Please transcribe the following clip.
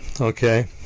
Okay